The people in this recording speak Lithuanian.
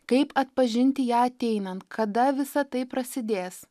kaip atpažinti ją ateinant kada visa tai prasidės